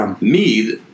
Mead